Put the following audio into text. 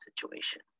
situation